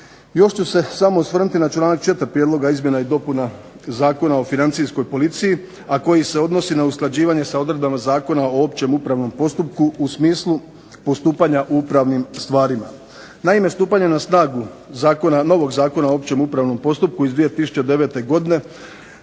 Još ću se samo osvrnuti na članak 4. prijedlog izmjena i dopuna Zakona o financijskoj policiji, a koji se odnosi na usklađivanja sa odredbama Zakona o općem upravnom postupku u smislu postupanja u upravnim stvarima. Naime, stupanjem na snagu novog Zakona o općem upravnom postupku iz 2009. godine